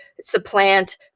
supplant